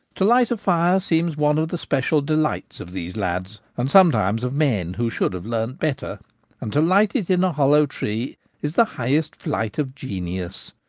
to light a fire seems one of the special delights of these lads, and sometimes of men who should have learned better and to light it in a hollow tree is the highest flight of genius.